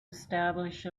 establish